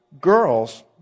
girls